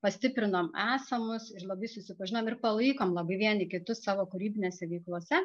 pastiprinom esamus ir labai susipažinom ir palaikom labai vieni kitus savo kūrybinėse veiklose